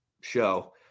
show